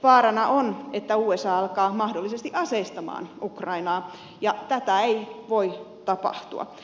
vaarana on että usa alkaa mahdollisesti aseistamaan ukrainaa ja tätä ei voi tapahtua